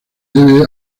debe